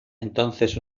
entonces